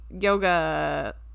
yoga